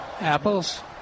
Apples